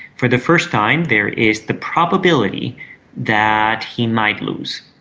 for the first time, there is the probability that he might lose.